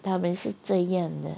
他们是这样的